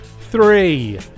three